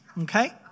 Okay